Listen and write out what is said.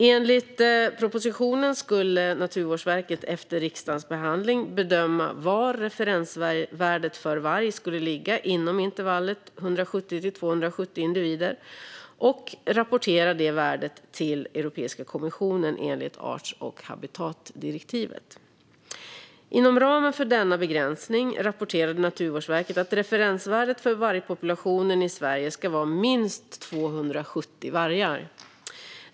Enligt propositionen skulle Naturvårdsverket efter riksdagens behandling bedöma var referensvärdet för varg skulle ligga inom intervallet 170-270 individer och rapportera det värdet till Europeiska kommissionen enligt art och habitatdirektivet. Inom ramen för denna begränsning rapporterade Naturvårdsverket att referensvärdet för vargpopulationen i Sverige ska vara minst 270 vargar.